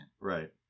Right